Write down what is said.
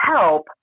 help